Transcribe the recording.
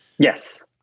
yes